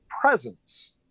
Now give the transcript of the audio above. presence